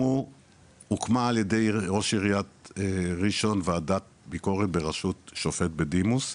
הוקמה על ידי ראש עיריית ראשון ועדת ביקורת בראשות שופט בדימוס,